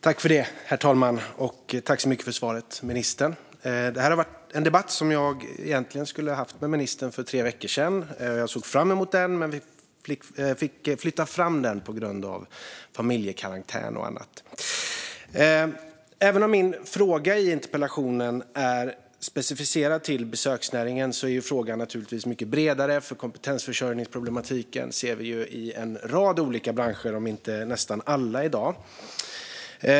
Herr talman! Jag tackar ministern för svaret. Denna debatt skulle jag egentligen ha haft med ministern för tre veckor sedan. Jag såg fram emot den, men vi fick flytta fram den på grund av familjekarantän och annat. Även om min fråga i interpellationen är specificerad till besöksnäringen är frågan naturligtvis mycket bredare eftersom vi ser kompetensförsörjningsproblematiken i en rad olika branscher - nästan alla - i dag.